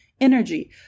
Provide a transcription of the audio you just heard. energy